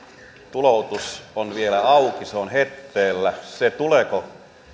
tuloutus on vielä auki se on hetteellä se tuleeko